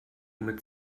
mit